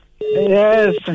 Yes